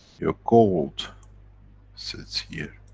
your gold sits here.